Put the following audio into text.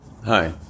Hi